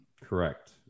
Correct